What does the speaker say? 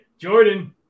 Jordan